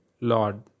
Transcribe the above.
Lord